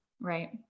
Right